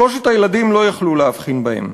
שלושת הילדים לא יכלו להבחין בהם.